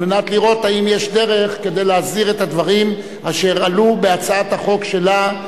על מנת לראות אם יש דרך להסדיר את הדברים אשר עלו בהצעת החוק שלה,